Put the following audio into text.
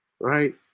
right